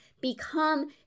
become